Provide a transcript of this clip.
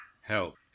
help